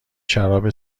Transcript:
شراب